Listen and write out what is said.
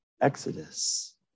exodus